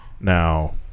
now